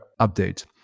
update